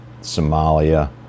somalia